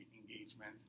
engagement